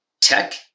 tech